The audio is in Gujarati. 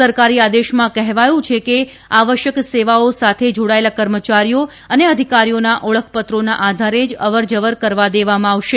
સરકારી આદેશમાં કહેવાયું છે કે આવશ્યક સેવાઓ સાથે જાડાયેલા કર્મચારીઓ અને અધિકારીઓના ઓળખપત્રોના આધારે જ અવરજવર કરવા દેવામાં આવશે